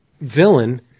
villain